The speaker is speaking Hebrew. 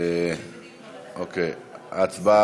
אם כן,